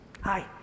Hi